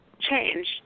change